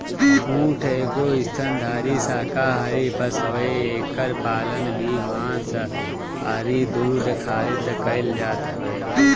ऊँट एगो स्तनधारी शाकाहारी पशु हवे एकर पालन भी मांस अउरी दूध खारित कईल जात हवे